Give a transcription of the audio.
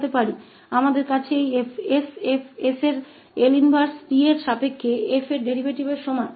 तो हमारे पास यह इस 𝑠𝐹𝑠 का L इनवर्स है t के संबंध में 𝑓 के डेरीवेटिव के बराबर है